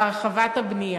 על הרחבת הבנייה,